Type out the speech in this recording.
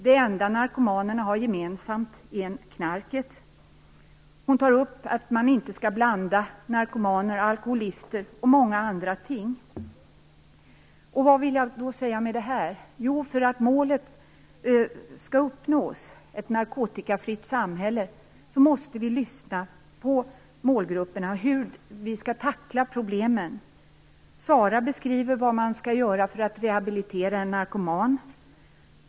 Det enda narkomanerna har gemensamt är knarket. Hon tar upp att man inte skall blanda narkomaner och alkoholister, och många andra ting. Vad vill jag säga med det här? Jo, för att målet - ett narkotikafritt samhälle - skall uppnås måste vi lyssna på målgrupperna hur vi skall tackla problemen. Sara beskriver vad man skall göra för att rehabilitera en narkoman.